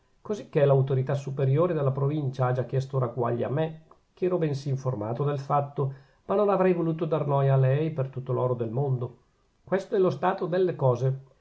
cosicchè l'autorità superiore della provincia ha già chiesto ragguagli a me che ero bensì informato del fatto ma non avrei voluto dar noia a lei per tutto l'oro del mondo questo è lo stato delle cose